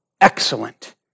excellent